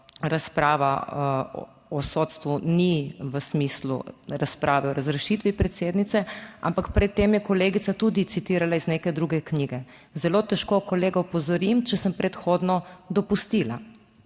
razprava o sodstvu ni v smislu razprave o razrešitvi predsednice, ampak pred tem je kolegica tudi citirala iz neke druge knjige. Zelo težko kolega opozorim, če sem predhodno dopustila,